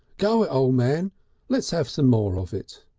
go it, o' man let's have some more of it.